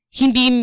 hindi